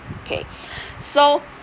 okay so